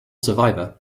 survivor